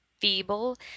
FEEBLE